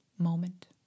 Moment